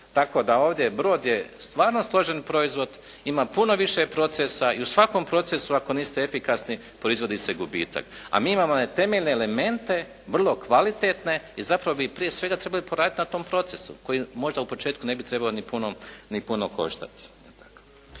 Tako da ovdje brod je stvarno složen proizvod, ima puno više procesa i u svakom procesu ako niste efikasni proizvodi se gubitak. A mi imamo one temeljne elemente, vrlo kvalitetne i zapravo bi prije svega trebali poraditi na tom procesu koji možda u početku ne bi trebao ni puno koštati.